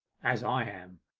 as i am,